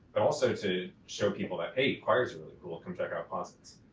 but also to show people that, hey, quires are really cool. come check out posits.